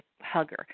hugger